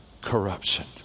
corruption